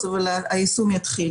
אולי גם לחברי הצוות שעד עכשיו לא דיברו,